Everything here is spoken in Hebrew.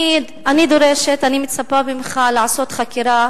אני דורשת, אני מצפה ממך לעשות חקירה